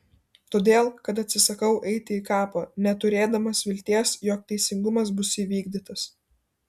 todėl kad atsisakau eiti į kapą neturėdamas vilties jog teisingumas bus įvykdytas